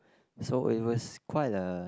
so it was quite a